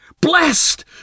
Blessed